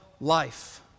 life